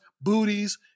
booties